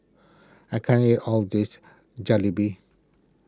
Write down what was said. I can't eat all this Jalebi